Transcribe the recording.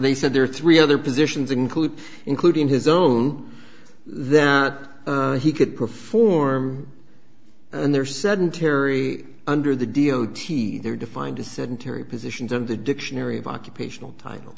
they said there are three other positions include including his own then he could perform and there sedentary under the d o t they're defined as sedentary positions in the dictionary of occupational title